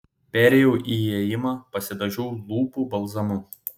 perėjau į ėjimą pasidažiau lūpų balzamu